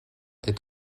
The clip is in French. est